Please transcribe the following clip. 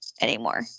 anymore